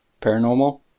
paranormal